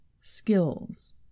skills